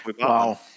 Wow